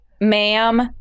ma'am